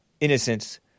innocence